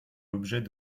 l’objet